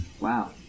Wow